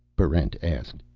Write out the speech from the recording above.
barrent asked.